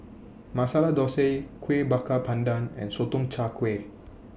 Masala Thosai Kuih Bakar Pandan and Sotong Char Kway